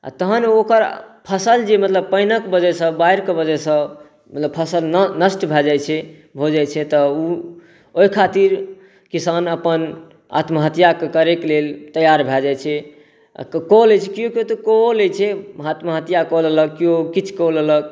आओर तहन ओकर फसिल जे मतलब पानिके वजहसँ बाढ़िके वजहसँ मतलब फसिल नष्ट भऽ जाइ छै भऽ जाइ छै तऽ ओ ओहि खातिर किसान अपन आत्महत्या करैके लेल तैआर भऽ जाइ छै कऽ लै छै कोइ कोइ तऽ कैओ लै छै आत्महत्या कऽ लेलक कोइ किछु कऽ लेलक